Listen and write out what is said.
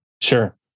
Sure